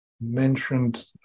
mentioned